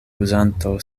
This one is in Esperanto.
uzanto